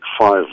five